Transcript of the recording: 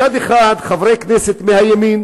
מצד אחד חברי כנסת מהימין